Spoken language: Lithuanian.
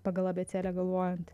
pagal abėcėlę galvojant